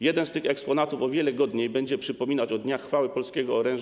Jeden z tych eksponatów o wiele godniej będzie przypominał o dniach chwały polskiego oręża.